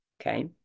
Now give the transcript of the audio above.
okay